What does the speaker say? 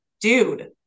dude